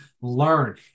learn